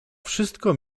wszystko